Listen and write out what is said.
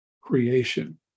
creation